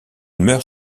meurt